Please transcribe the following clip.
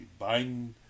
Biden